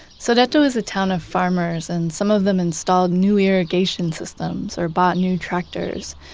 sodeto is a town of farmers and some of them installed new irrigation systems or bought new tractors.